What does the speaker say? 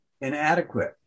inadequate